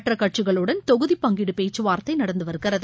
மற்ற கட்சிகளுடன் தொகுதி பங்கீடு பேச்சுவார்த்தை நடந்து வருகிறது